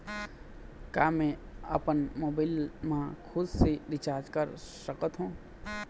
का मैं आपमन मोबाइल मा खुद से रिचार्ज कर सकथों?